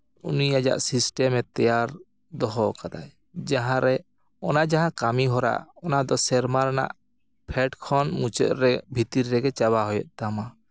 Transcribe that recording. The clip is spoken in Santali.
ᱩᱱᱤ ᱟᱡᱟᱜ ᱥᱤᱥᱴᱮᱢᱮ ᱛᱮᱭᱟᱨ ᱫᱚᱦᱚ ᱠᱟᱫᱟᱭ ᱡᱟᱦᱟᱸ ᱨᱮ ᱚᱱᱟ ᱡᱟᱦᱟᱸ ᱠᱟᱹᱢᱤ ᱦᱚᱨᱟ ᱚᱱᱟ ᱫᱚ ᱥᱮᱨᱢᱟ ᱨᱮᱱᱟᱜ ᱯᱷᱮᱰ ᱠᱷᱚᱱ ᱢᱩᱪᱟᱹᱫ ᱨᱮ ᱵᱷᱤᱛᱤᱨ ᱨᱮᱜᱮ ᱪᱟᱵᱟ ᱦᱩᱭᱩᱜ ᱛᱟᱢᱟ